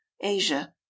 asia